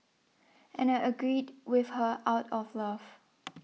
and I agreed with her out of love